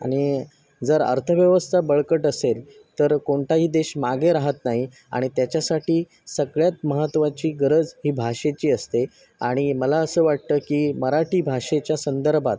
आणि जर अर्थव्यवस्था बळकट असेल तर कोणताही देश मागे राहत नाही आणि त्याच्यासाठी सगळ्यात महत्त्वाची गरज ही भाषेची असते आणि मला असं वाटतं की मराठी भाषेच्या संदर्भात